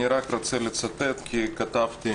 אני רק רוצה לצטט כי כתבתי